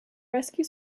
rescue